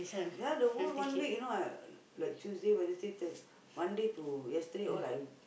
there the whole one week you know I like Tuesday Wednesday Thur~ Monday to yesterday all I